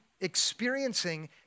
experiencing